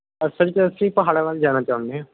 ਅਸਲ ਚ ਅਸੀਂ ਪਹਾੜਾਂ ਵੱਲ ਜਾਣਾ ਚਾਹੁੰਦੇ ਹਾਂ